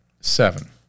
seven